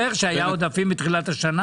מכם זוכר שהיה עודפים בתחילת השנה?